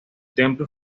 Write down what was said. templo